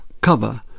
cover